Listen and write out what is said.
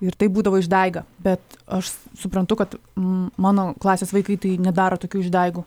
ir tai būdavo išdaiga bet aš suprantu kad mano klasės vaikai tai nedaro tokių išdaigų